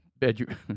Bedroom